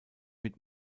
mit